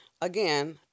again